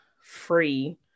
free